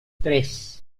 tres